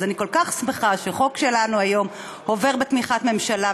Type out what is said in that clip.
אז אני כל כך שמחה שחוק שלנו עובר היום בתמיכת הממשלה.